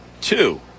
Two